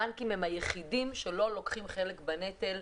הבנקים הם היחידים שלא לוקחים חלק בנטל.